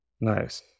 Nice